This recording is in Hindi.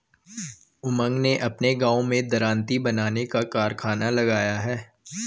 उमंग ने अपने गांव में दरांती बनाने का कारखाना लगाया